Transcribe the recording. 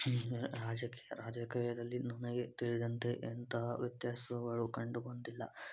ಇಲ್ಲಿಯ ರಾಜಕೀಯ ರಾಜಕೀಯದಲ್ಲಿ ನನಗೆ ತಿಳಿದಂತೆ ಎಂತಹ ವ್ಯತ್ಯಾಸಗಳು ಕಂಡುಬಂದಿಲ್ಲ